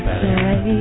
say